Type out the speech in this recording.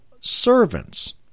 servants